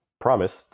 promised